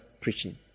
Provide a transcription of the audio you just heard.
preaching